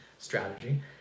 strategy